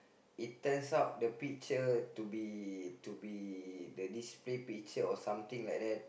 it turns out the picture to be to be the display picture or something like that